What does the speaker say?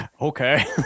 Okay